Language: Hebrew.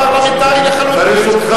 זה פרלמנטרי לחלוטין.